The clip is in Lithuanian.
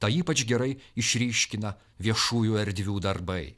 tą ypač gerai išryškina viešųjų erdvių darbai